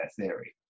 theory